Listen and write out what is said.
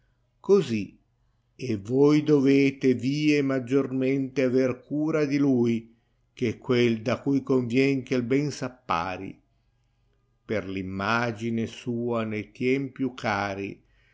cosi e voi dovete tie maggiormente aver cura di lui che quel da cui convien che bea s appaà per r immagine sua ne tien più cari